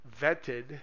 vetted